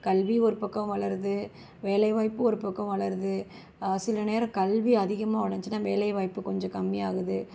கல்வி ஒருபக்கம் வளருது வேலைவாய்ப்பும் ஒருபக்கம் வளருது சிலநேரம் கல்வி அதிகமாக வளர்ந்துச்சினால் வேலைவாய்ப்பு கொஞ்சம் கம்மியாகுது